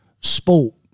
sport